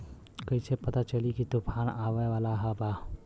कइसे पता चली की तूफान आवा वाला बा?